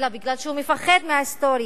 אלא בגלל שהוא מפחד מההיסטוריה,